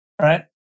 right